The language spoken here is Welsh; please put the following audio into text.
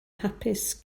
hapus